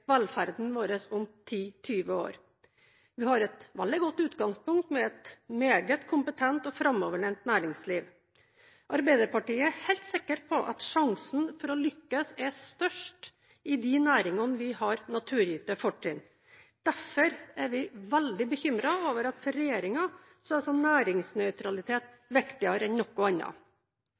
velferden vår om 10–20 år. Vi har et veldig godt utgangspunkt med et meget kompetent og framoverlent næringsliv. Arbeiderpartiet er helt sikker på at sjansen for å lykkes er størst i de næringene hvor vi har naturgitte fortrinn. Derfor er vi veldig bekymret over at for regjeringen er næringsnøytralitet viktigere enn noe annet.